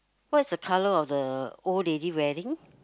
what is the colour of the old lady wearing